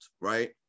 right